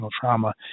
trauma